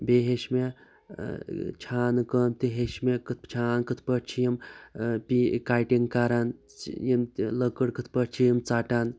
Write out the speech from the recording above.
بیٚیہِ ہیوٚچھ مےٚ چھانہٕ کٲم تہِ ہیٚچھ مےٚ کِتھٕ چھان کِتھٕ پٲٹھۍ چھُ یِم پی کٹِنٛگ کَران یِم لٔکٕر کِتھٕ پٲٹھۍ چھِ یِم ژَٹَان